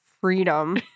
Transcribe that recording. freedom